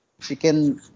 chicken